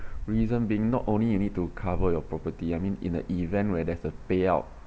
reason being not only you need to cover your property I mean in the event where there's a payout